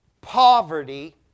poverty